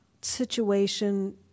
situation